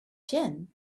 gin